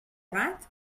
gat